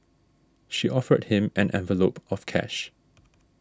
she offered him an envelope of cash